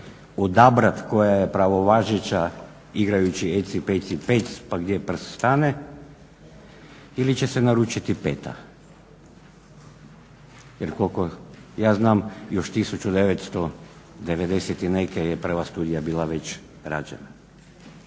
odabrati koja je pravovažeća igrajući eci, peci, pec, pa gdje prst stane ili će se naručiti peta? Jer koliko ja znam još 1990 i neke prva studija je već bila